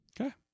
Okay